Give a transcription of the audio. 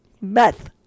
Meth